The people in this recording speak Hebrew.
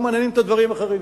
לא מעניינים אותה דברים אחרים,